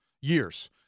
years